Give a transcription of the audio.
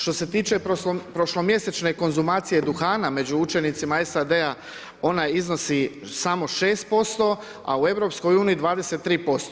Što se tiče prošlomjesečne konzumacije duhana među učenicima SAD-a ona iznosi samo 6% a u EU 23%